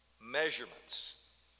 measurements